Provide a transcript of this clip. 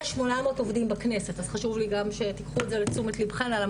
יש 800 עובדים בכנסת אז חושב לי גם שתקחו את זה לתשומת לבכם.